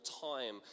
time